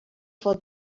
for